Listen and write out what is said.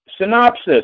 synopsis